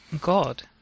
God